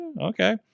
okay